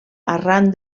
arran